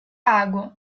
água